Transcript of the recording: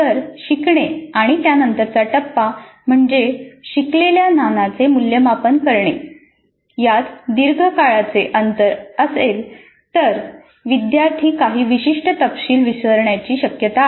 जर शिकणे आणि त्यानंतरचा टप्पा म्हणजे शिकलेल्या ज्ञानाचे मूल्यमापन करणे यात दीर्घ काळाचे अंतर असेल तर विद्यार्थी काही विशिष्ट तपशील विसरण्याची शक्यता आहे